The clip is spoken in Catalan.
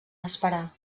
esperar